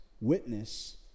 witness